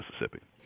Mississippi